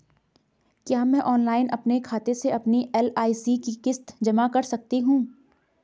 क्या मैं ऑनलाइन अपने खाते से अपनी एल.आई.सी की किश्त जमा कर सकती हूँ?